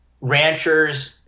ranchers